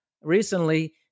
recently